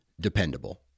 dependable